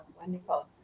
wonderful